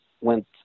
went